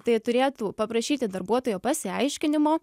tai turėtų paprašyti darbuotojo pasiaiškinimo